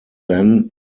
then